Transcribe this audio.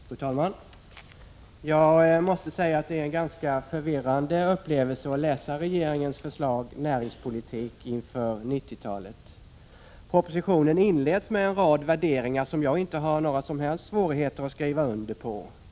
Fru talman! Jag måste säga att det är en ganska förvirrande upplevelse att läsa regeringens förslag Näringspolitik inför 90-talet. Propositionen inleds med en rad värderingar som jag inte har några som helst svårigheter att skriva under på.